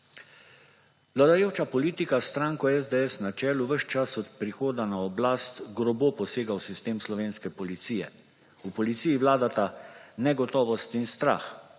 Vladajoča politika, s stranko SDS na čelu, ves čas od prihoda na oblast grobo posega v sistem slovenske policije. V policiji vladata negotovost in strah.